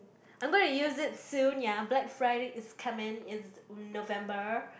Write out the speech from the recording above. I'm going to use it soon ya Black Friday is coming it's November